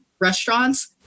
restaurants